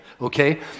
okay